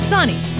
Sunny